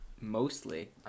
Mostly